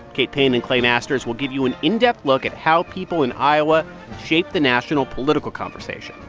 kate payne and clay masters will give you an in-depth look at how people in iowa shape the national political conversation.